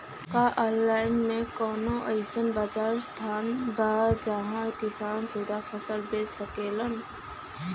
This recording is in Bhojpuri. का आनलाइन मे कौनो अइसन बाजार स्थान बा जहाँ किसान सीधा फसल बेच सकेलन?